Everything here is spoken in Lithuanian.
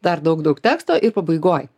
dar daug daug teksto ir pabaigoj